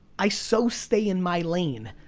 i so stay in my lane.